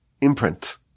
imprint